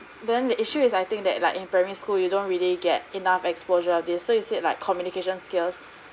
then the issue is I think that like in primary school you don't really get enough exposure of this so you said like communication skills